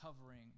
covering